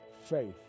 faith